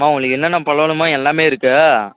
அம்மா உங்களுக்கு என்னென்ன பழம் வேணுமோ இங்கே எல்லாமே இருக்கு